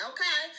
Okay